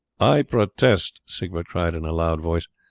i protest, siegbert cried in a loud voice,